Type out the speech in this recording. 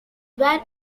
were